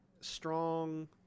strong